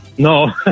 No